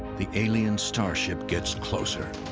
the alien starship gets closer.